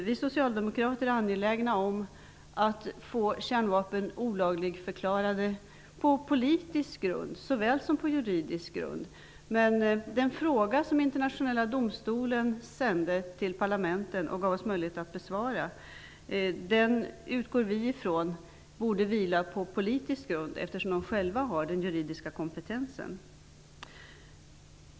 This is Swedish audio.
Vi socialdemokrater är angelägna om att få kärnvapen olagligförklarade på politisk såväl som på juridisk grund, men vi utgår från att den fråga som Internationella domstolen ställde till parlamenten och gav oss möjlighet att besvara vilar på politisk grund, eftersom domstolen själv har den juridiska kompetensen.